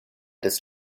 des